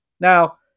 Now